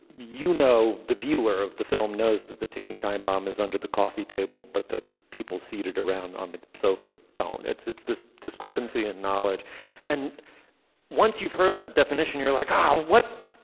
you know the viewer of the film knows that the ticking time bomb is under the coffee table but the people seated around on the sofas don't. it's it's this discrepancy in knowledge and once you've heard that definition you're like um what.